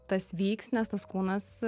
tas vyks nes tas kūnas